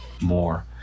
more